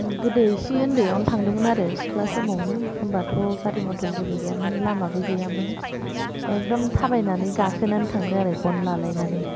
गोदो एसे उनदैआवनो थांदोंमोआरो सिख्ला समावनो होमबाथ' गारि मथर जेबो गैयामोन लामाबो गैयामोन एखदम थाबायनानै गाखोनानै थांदोंआरो गन लालायनानै